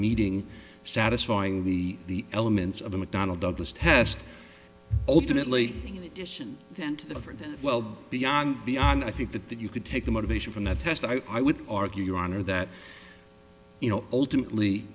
meeting satisfying the elements of the mcdonnell douglas test ultimately in addition then to the for the well beyond beyond i think that that you could take the motivation from that test i would argue your honor that you know ultimately